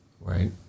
right